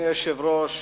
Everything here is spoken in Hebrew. אדוני היושב-ראש,